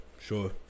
sure